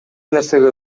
нерсеге